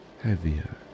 heavier